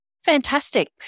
fantastic